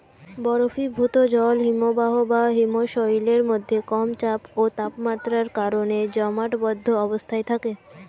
বরফীভূত জল হিমবাহ বা হিমশৈলের মধ্যে কম চাপ ও তাপমাত্রার কারণে জমাটবদ্ধ অবস্থায় থাকে